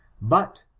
but,